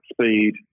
speed